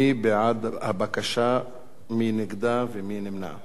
מי בעד הבקשה, מי נגדה ומי נמנע?